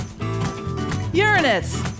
Uranus